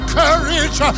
courage